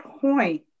point